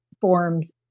forms